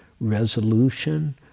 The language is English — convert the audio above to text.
resolution